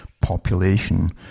Population